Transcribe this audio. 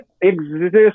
exist